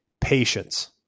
patience